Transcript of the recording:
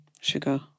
Sugar